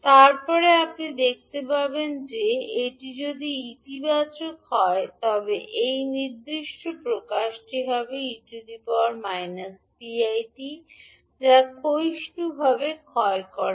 তারপরে আপনি দেখতে পাবেন যে এটি যদি ইতিবাচক হয় তবে এই নির্দিষ্ট প্রকাশটি হবে 𝑒−𝑝𝑖𝑡 যা ক্ষয়িষ্ণুভাবে ক্ষয় হবে